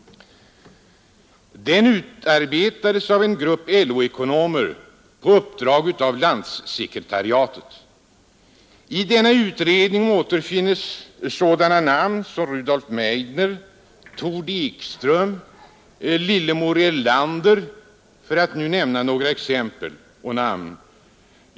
Den utarbetades av en grupp LO-ekonomer på uppdrag av landssekretariatet. I denna utredning återfinnes sådana namn som Rudolf Meidner, Tord Ekström, Lillemor Erlander m.fl.